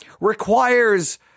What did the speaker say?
requires